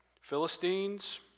Philistines